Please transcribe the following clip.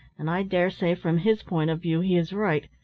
and i dare say from his point of view he is right.